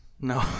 No